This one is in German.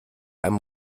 einem